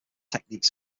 techniques